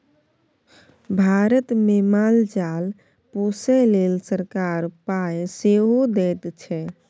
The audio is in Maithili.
भारतमे माल जाल पोसय लेल सरकार पाय सेहो दैत छै